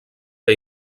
que